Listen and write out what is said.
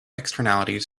externalities